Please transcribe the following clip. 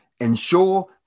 ensure